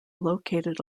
located